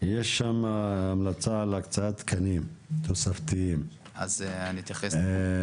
יש שם המלצה על הקצאת תקנים תוספתיים --- אז אני אתייחס לדברים.